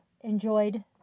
enjoyed